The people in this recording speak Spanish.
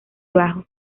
bajos